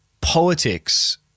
politics